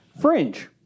fringe